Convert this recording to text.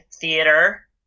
theater